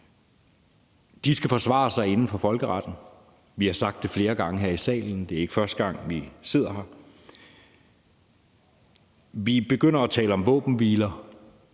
De skal forsvare sig inden for folkeretten. Vi har sagt det flere gange her i salen. Det er ikke første gang, vi sidder her. Vi begynder at tale om våbenhviler,